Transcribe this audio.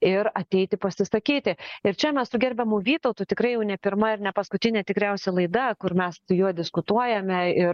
ir ateiti pasisakyti ir čia mes su gerbiamu vytautu tikrai jau ne pirma ir ne paskutinė tikriausia laida kur mes su juo diskutuojame ir